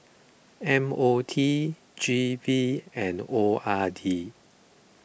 M O T G V and O R D